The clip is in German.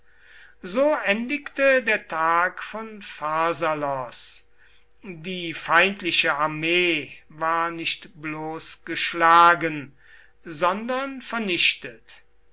so endigte der tag von pharsalos die feindliche armee war nicht bloß geschlagen sondern vernichtet